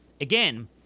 again